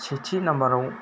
सेथि नाम्बाराव